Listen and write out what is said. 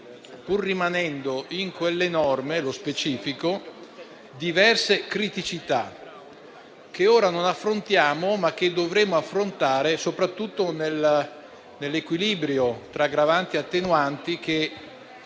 pur rimanendo in quelle norme - lo specifico - diverse criticità che ora non affrontiamo, ma che dovremo affrontare soprattutto nell'equilibrio tra aggravanti e attenuanti